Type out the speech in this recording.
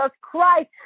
Christ